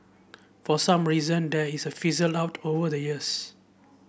for some reason there is a fizzled out over the years